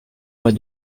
mois